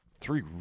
Three